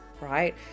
Right